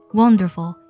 wonderful